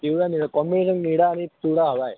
पिवळं निळं कॉम्बिनेशन निळा आणि पिवळा हवाय